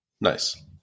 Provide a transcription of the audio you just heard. Nice